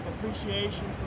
appreciation